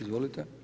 Izvolite.